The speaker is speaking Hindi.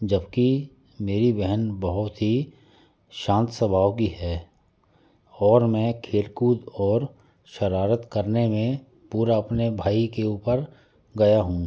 जबकि मेरी बहन बहुत ही शांत स्वभाव की है और मैं खेलकूद और शरारत करने में पूरा अपने भाई के ऊपर गया हूँ